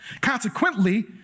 Consequently